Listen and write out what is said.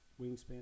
Wingspan